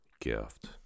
gift